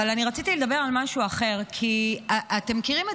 אבל רציתי לדבר על משהו אחר: אתם מכירים את